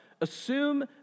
assume